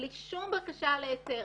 בלי שום בקשה להיתר,